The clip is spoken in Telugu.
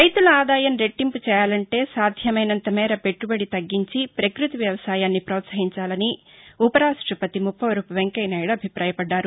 రైతుల ఆదాయం రెట్టింపు చేయాలంటే సాధ్యమైనంత మేర పెట్టుబడి తగ్గించి ప్రకృతి వ్యవసాయాన్ని పోత్సహించాలని ఉప రాష్టపతి ముప్పవరపు వెంకయ్య నాయుడు అభిపాయపడ్డారు